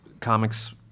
Comics